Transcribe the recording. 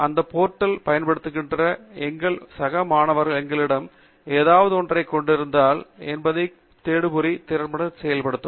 இந்த போர்டல் பயன்படுத்துகின்ற எங்கள் சக நண்பர்கள் எங்களிடம் ஏதாவது ஒன்றைக் கொண்டிருக்கிறார்களா என்பதைத் தெரிந்துகொள்ள தேடுபொறி திறன்களை நீங்கள் பயன்படுத்தலாம்